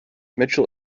mitchell